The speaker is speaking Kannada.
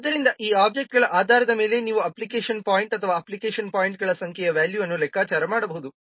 ಆದ್ದರಿಂದ ಈ ಒಬ್ಜೆಕ್ಟ್ಗಳ ಆಧಾರದ ಮೇಲೆ ನೀವು ಅಪ್ಲಿಕೇಶನ್ ಪಾಯಿಂಟ್ ಅಥವಾ ಅಪ್ಲಿಕೇಶನ್ ಪಾಯಿಂಟ್ಗಳ ಸಂಖ್ಯೆಯ ವ್ಯಾಲ್ಯೂವನ್ನು ಲೆಕ್ಕಾಚಾರ ಮಾಡಬಹುದು